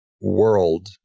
world